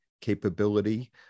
capability